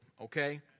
Okay